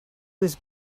was